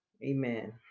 Amen